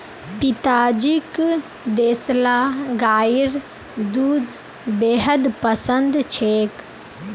पिताजीक देसला गाइर दूध बेहद पसंद छेक